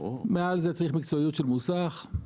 מעל זה צריך מקצועיות של מוסך.